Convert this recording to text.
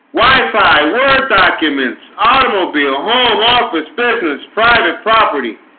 wi-fi word documents automobile a whole office business private property